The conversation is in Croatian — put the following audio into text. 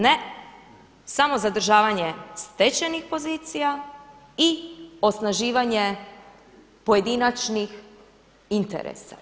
Ne, samo zadržavanje stečenih pozicija i osnaživanje pojedinačnih interesa.